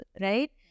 right